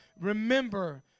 remember